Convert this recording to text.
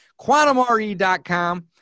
quantumre.com